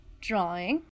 drawing